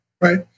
Right